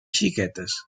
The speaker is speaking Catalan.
xiquetes